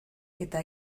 eta